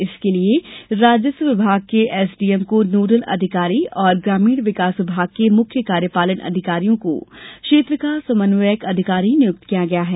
इसके लिए राजस्व विभाग के एसडीएम को नोडल अधिकारी और ग्रामीण विकास विभाग के मुख्य कार्यपालन अधिकारियों को क्षेत्र का समन्वयक अधिकारी नियुक्त किया गया है